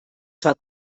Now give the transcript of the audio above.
zwar